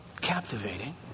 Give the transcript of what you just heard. captivating